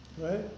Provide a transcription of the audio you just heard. Right